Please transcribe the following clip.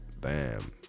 Bam